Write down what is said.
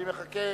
אני מחכה